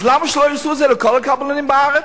אז למה שלא יעשו את זה לכל הקבלנים בארץ?